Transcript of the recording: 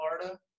Florida